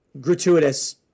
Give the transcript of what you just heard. gratuitous